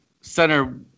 center